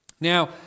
Now